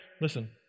Listen